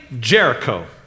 Jericho